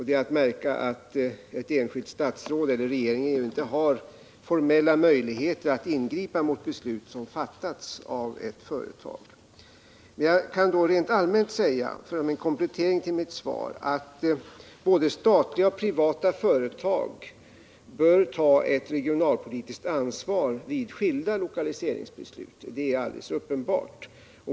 Det är att märka att ett enskilt statsråd eller regeringen ju inte har formella möjligheter att ingripa mot beslut som fattats av ett företag. Jag kan då rent allmänt säga, för att ge en komplettering till mitt svar, att både statliga och privata företag bör ta ett regionalpolitiskt ansvar vid skilda lokaliseringsbeslut, det är alldeles uppenbart.